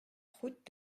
route